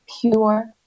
pure